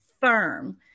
firm